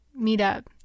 Meetup